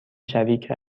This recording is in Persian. شریک